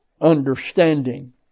understanding